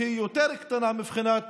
שהיא יותר קטנה מבחינת